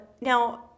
Now